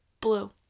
Blue